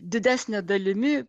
didesne dalimi